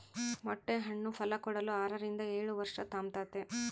ಮೊಟ್ಟೆ ಹಣ್ಣು ಫಲಕೊಡಲು ಆರರಿಂದ ಏಳುವರ್ಷ ತಾಂಬ್ತತೆ